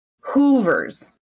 hoovers